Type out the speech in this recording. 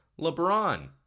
LeBron